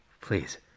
please